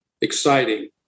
exciting